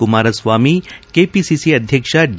Kumaraswamy KPCC ಅಧ್ಯಕ್ಷ D